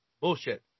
bullshit